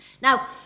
Now